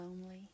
lonely